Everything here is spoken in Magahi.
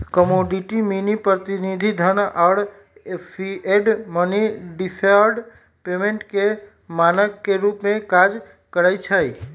कमोडिटी मनी, प्रतिनिधि धन आऽ फिएट मनी डिफर्ड पेमेंट के मानक के रूप में काज करइ छै